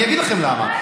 אני אגיד לכם למה.